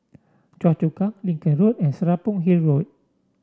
Choa Chu Kang Lincoln Road and Serapong Hill Road